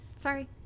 sorry